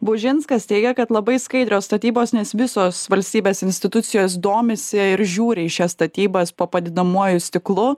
bužinskas teigia kad labai skaidrios statybos nes visos valstybės institucijos domisi ir žiūri į šias statybas po padidinamuoju stiklu